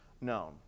known